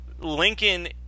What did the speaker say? Lincoln